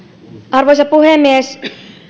arvoisa puhemies